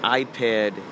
iPad